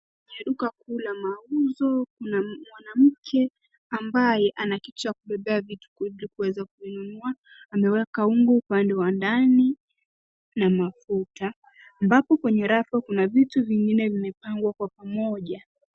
Kwenye duka kuu la mauzo kuna mwanamke ambaye ana kitu ya kubebea vitu ili kuweza kununua. Ameweka unga upande wa ndani na mafuta, ambapo kwenye rafu kuna vitu vingine vimepangwa kwa pamoja.